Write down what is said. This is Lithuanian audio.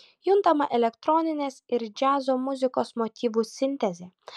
juntama elektroninės ir džiazo muzikos motyvų sintezė